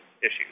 issues